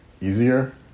easier